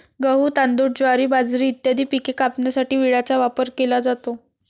गहू, तांदूळ, ज्वारी, बाजरी इत्यादी पिके कापण्यासाठी विळ्याचा वापर केला जातो